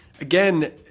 again